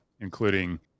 including